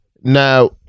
now